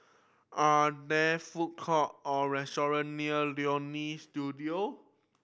are there food court or restaurant near Leonie Studio